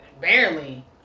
barely